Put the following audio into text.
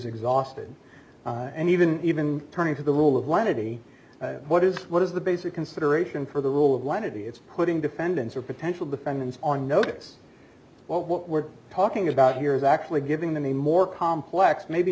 exhausted and even even turning to the rule of lenity what is what is the basic consideration for the rule of lenity it's putting defendants or potential defendants on notice but what we're talking about here is actually giving them a more complex maybe